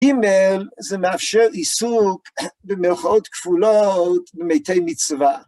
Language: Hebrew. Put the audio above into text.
‫ג, זה מאפשר עיסוק ‫במרכאות כפולות במתי מצווה.